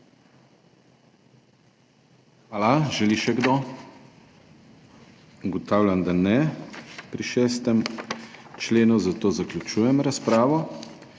Hvala. Želi še kdo? Ugotavljam, da ne pri 6. členu, zato zaključujem razpravo.